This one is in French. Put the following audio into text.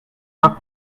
vingt